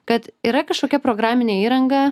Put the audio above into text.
kad yra kažkokia programinė įranga